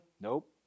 Nope